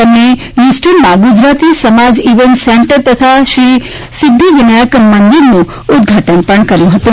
તેમણે હ્યુસ્ટનમાં ગુજરાતી સમાજ ઈવેન્ટ સેન્ટર તથા શ્રી સિદ્ધિ વિનાયક મંદિરનું ઉદ્દઘાટન કર્યું હતું